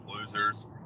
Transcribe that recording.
losers